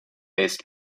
based